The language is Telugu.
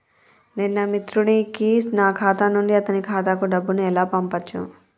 నేను నా మిత్రుడి కి నా ఖాతా నుండి అతని ఖాతా కు డబ్బు ను ఎలా పంపచ్చు?